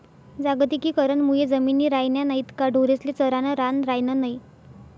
जागतिकीकरण मुये जमिनी रायन्या नैत का ढोरेस्ले चरानं रान रायनं नै